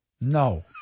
No